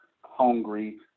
hungry